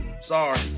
Sorry